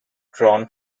drawn